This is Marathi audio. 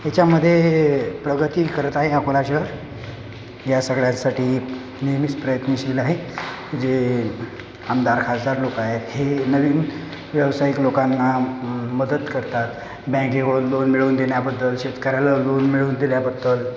ह्याच्यामध्ये प्रगती करत आहे अकोला शहर या सगळ्यासाठी नेहमीच प्रयत्नशील आहे जे आमदार खासदार लोकं आहे हे नवीन व्यावसायिक लोकांना मदत करतात बँकेकडून लोन मिळवून देण्याबद्दल शेतकऱ्याला लोन मिळवून दिल्याबद्दल